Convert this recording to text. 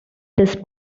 this